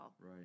Right